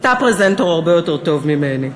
אתה פרזנטור הרבה יותר טוב ממני.